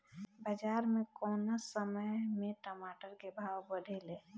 बाजार मे कौना समय मे टमाटर के भाव बढ़ेले?